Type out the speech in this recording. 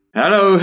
hello